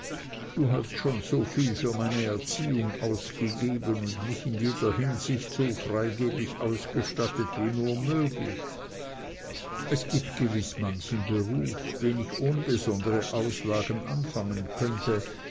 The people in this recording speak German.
du hast schon so viel für meine erziehung ausgegeben und mich in jeder hinsicht so freigebig ausgestattet wie nur möglich es gibt gewiß manchen beruf den ich ohne besondere auslagen anfangen könnte